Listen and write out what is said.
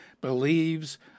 believes